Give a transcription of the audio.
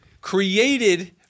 created